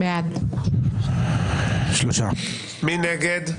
מי נגד?